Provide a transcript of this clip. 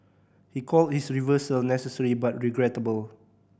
he called his reversal necessary but regrettable